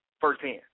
firsthand